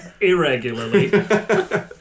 irregularly